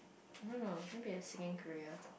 I don't know maybe a singing career